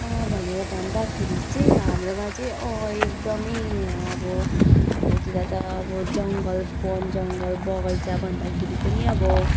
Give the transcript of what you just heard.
भनेर भन्दाखेरि चाहिँ हाम्रोमा चाहिँ एकदमै अब हाम्रोतिर त अब जङ्गल वनजङ्गल बगैँचा भन्दाखेरि पनि अब